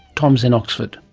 tom is in oxford.